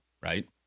right